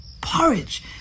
porridge